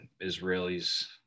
Israeli's